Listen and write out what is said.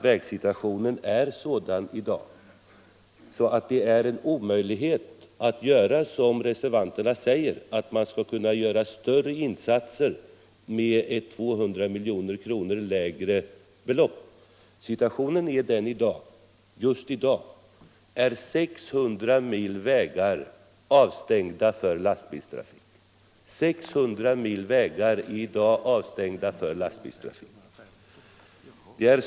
Vägsituationen är i dag sådan att det är omöjligt att, såsom reservanterna säger, göra större insatser med ett 200 milj.kr. lägre belopp. 600 mil vägar är i dag avstängda för lastbilstrafik.